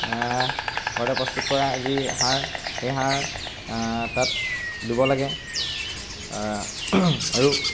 ঘৰতে প্ৰস্তুত কৰা যি সাৰ সেই সাৰ তাত দিব লাগে আৰু